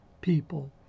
people